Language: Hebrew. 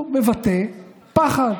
הוא מבטא פחד